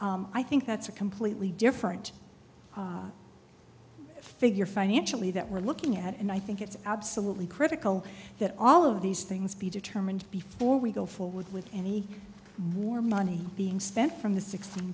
i think that's a completely different figure financially that we're looking at and i think it's absolutely critical that all of these things be determined before we go forward with any more money being spent from the sixteen